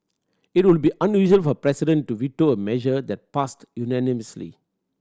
it would be unusual for a president to veto a measure that passed unanimously